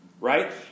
right